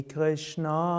Krishna